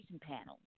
panel